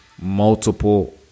multiple